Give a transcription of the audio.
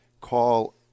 call